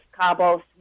Cabos